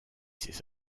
ses